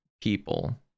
people